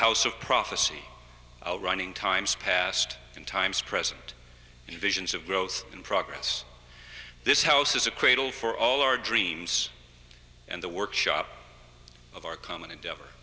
house of prophecy running times past in times present and visions of growth in progress this house is a cradle for all our dreams and the workshop of our common endeavor